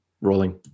rolling